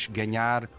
ganhar